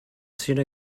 sooner